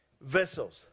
vessels